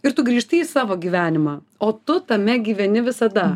ir tu grįžti į savo gyvenimą o tu tame gyveni visada